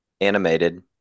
animated